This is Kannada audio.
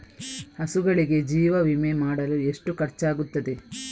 ಹಸುಗಳಿಗೆ ಜೀವ ವಿಮೆ ಮಾಡಲು ಎಷ್ಟು ಖರ್ಚಾಗುತ್ತದೆ?